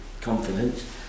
confidence